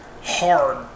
hard